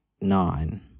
nine